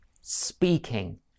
speaking